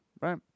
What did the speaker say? right